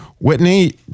Whitney